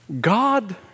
God